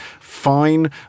fine